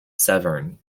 severn